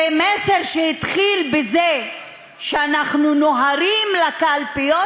זה מסר שהתחיל בזה שאנחנו נוהרים לקלפיות.